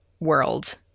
world